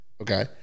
Okay